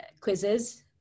quizzes